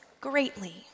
greatly